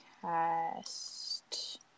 cast